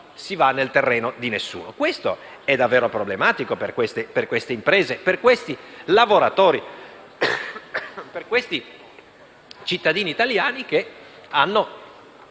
ciò è veramente problematico per queste imprese, per questi lavoratori e per questi cittadini italiani che lavorano